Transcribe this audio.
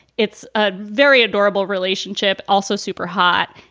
it's a very adorable relationship. also super hot.